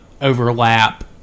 overlap